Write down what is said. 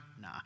Nah